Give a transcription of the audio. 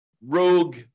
rogue